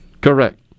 Correct